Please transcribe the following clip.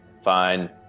fine